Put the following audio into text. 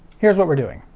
here's what we're doing.